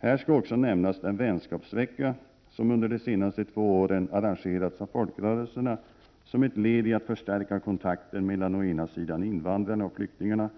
Här skall också nämnas den vänskapsvecka som under de senaste två åren har arrangerats av folkrörelserna som ett led i att förstärka kontakten mellan å ena sidan invandrarna och flyktingarna